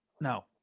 no